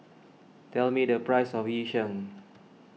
tell me the price of Yu Sheng